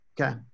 Okay